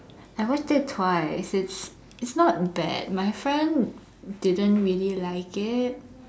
I watched it twice it's it's not bad my friend didn't really like it